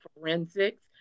Forensics